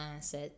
mindset